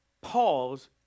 pause